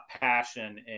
passion